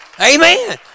Amen